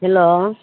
hello